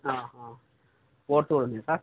sports కూడా ఉంది sir